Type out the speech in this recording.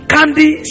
Candy